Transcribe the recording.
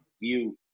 view